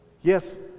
yes